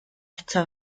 eto